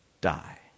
die